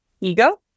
ego